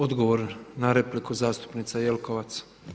Odgovor na repliku zastupnica Jelkovac.